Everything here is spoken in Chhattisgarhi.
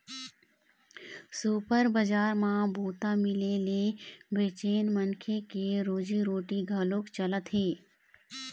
सुपर बजार म बूता मिले ले बनेच मनखे के रोजी रोटी घलोक चलत हे